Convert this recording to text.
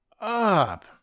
up